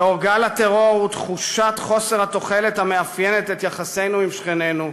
לאור גל הטרור ותחושת חוסר התוחלת המאפיינת את יחסינו עם שכנינו,